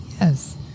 Yes